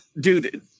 Dude